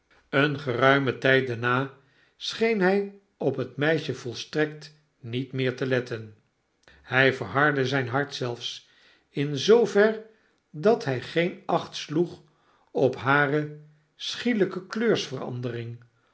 een geruimen tijd daarna scheen hij op het meisje volstrekt niet meer te letten hjj verhardde zyn hart zelfs in zoover dat hy geen acht sloeg op hare